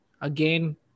again